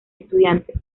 estudiantes